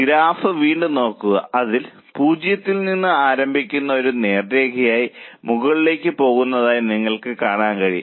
graph വീണ്ടും നോക്കുക അത് 0 ൽ നിന്ന് ആരംഭിച്ച് ഒരു നേർരേഖയായി മുകളിലേക്ക് പോകുന്നതായി നിങ്ങൾക്ക് കാണാൻ കഴിയും